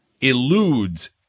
eludes